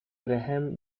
grahame